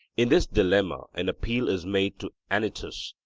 in this dilemma an appeal is made to anytus,